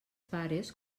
pares